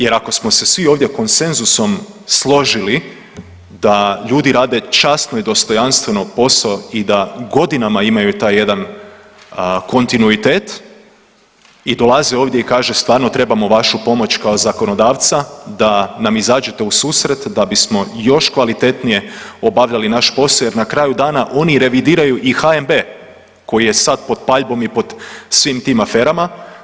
Jer ako smo se svi ovdje konsenzusom složili da ljudi rade časno i dostojanstveno posao i da godinama imaju taj jedan kontinuitet i dolaze ovdje i kaže stvarno trebamo vašu pomoć kao zakonodavca da nam izađete u susret da bismo još kvalitetnije obavljali naš posao jer na kraju dana i oni revidiraju i HNB koji je sad pod paljbom i pod svim tim aferama.